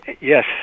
yes